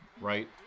Right